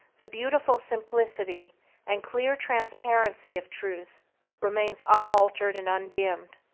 the beautiful simplicity and clear transparency of truth remains unaltered and undimmed,